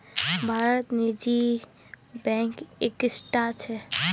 भारतत निजी बैंक इक्कीसटा छ